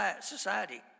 society